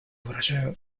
выражаю